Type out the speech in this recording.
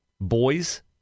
boys